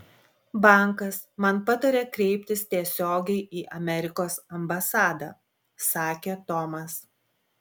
bankas man patarė kreiptis tiesiogiai į amerikos ambasadą sakė tomas